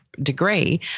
degree